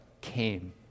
came